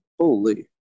Holy